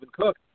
Cook